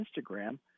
Instagram